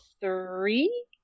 three